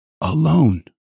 alone